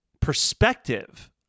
perspective